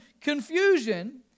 confusion